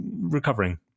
recovering